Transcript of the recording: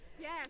Yes